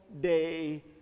day